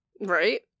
Right